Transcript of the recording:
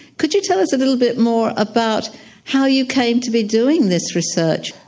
could you tell us a little bit more about how you came to be doing this research?